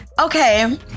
Okay